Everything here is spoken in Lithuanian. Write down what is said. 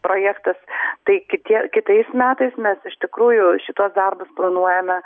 projektas tai kitie kitais metais mes iš tikrųjų šituos darbus planuojame